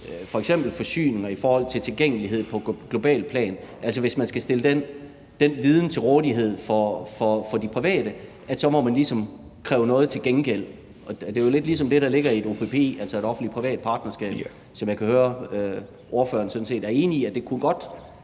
f.eks. forsyninger, i forhold til tilgængelighed på globalt plan. Altså, hvis man skal stille den viden til rådighed for de private, så må man ligesom kræve noget til gengæld. Det er jo lidt ligesom det, der ligger i et OPP, altså et offentlig-privat partnerskab, og jeg kan høre, at ordføreren sådan set er enig i, at det godt